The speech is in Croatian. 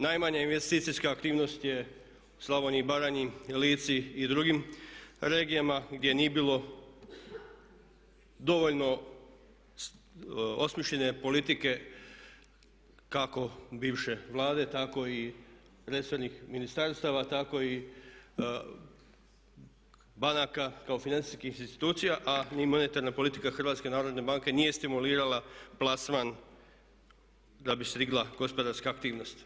Najmanja investicijska aktivnost je u Slavoniji i Baranji, Lici i drugim regijama gdje nije bilo dovoljno osmišljene politike kako bivše Vlade, tako i resornih ministarstava, tako i banaka kao financijskih institucija, a ni monetarna politika HNB-a nije stimulirala plasman da bi se digla gospodarska aktivnost.